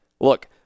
look